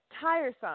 Tiresome